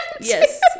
yes